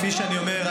כפי שאני אומר,